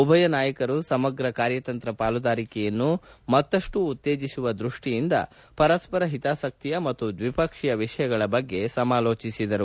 ಉಭಯ ನಾಯಕರು ಸಮಗ್ರ ಕಾರ್ನತಂತ್ರ ಪಾಲುದಾರಿಕೆಯನ್ನು ಇನ್ನಷ್ಟು ಉತ್ತೇಜಿಸುವ ದೃಷ್ಟಿಯಿಂದ ಪರಸ್ಪರ ಹಿತಾಸಕ್ತಿಯ ಮತ್ತು ದ್ವಿಪಕ್ಷೀಯ ವಿಷಯಗಳ ಬಗ್ಗೆ ಸಮಾಲೋಚಿಸಿದರು